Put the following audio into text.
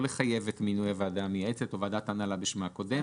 שלא לחייב את מינוי הוועדה המייעצת או ועדת ההנהלה בשמה הקודם,